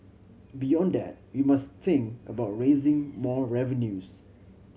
beyond that we must think about raising more revenues